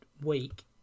week